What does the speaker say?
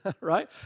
right